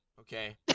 Okay